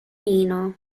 nino